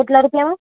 કેટલા રૂપિયામાં